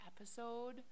episode